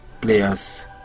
players